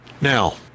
Now